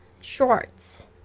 shorts